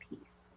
piece